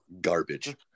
Garbage